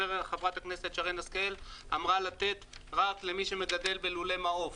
חברת הכנסת שרן השכל אמרה רק למי שמגדל בלולי מעוף